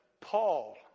Paul